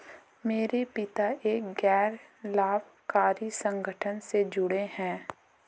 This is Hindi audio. मेरे पिता एक गैर लाभकारी संगठन से जुड़े हैं